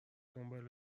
دنباله